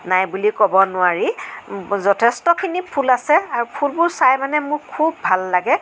নাই বুলি ক'ব নোৱাৰি যথেষ্টখিনি ফুল আছে আৰু ফুলবোৰ চাই মানে মোৰ খুব ভাল লাগে